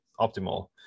optimal